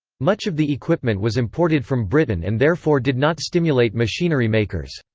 much of the equipment was imported from britain and therefore did not stimulate machinery makers.